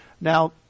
Now